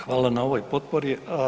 Hvala na ovoj potpori.